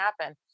happen